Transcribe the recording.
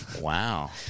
Wow